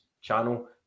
channel